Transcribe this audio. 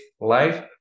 life